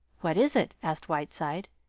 what is it? asked whiteside,